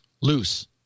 loose